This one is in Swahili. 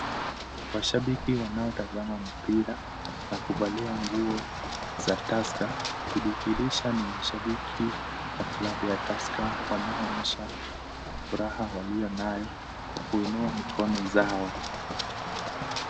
Mashabiki wanaotazama mpira na kuvalia nguo za Tusker, kudhihirisha ni mashabiki wa klabu ya Tusker wanaoonyesha furaha walio nayo kwa kuinua mikono yao.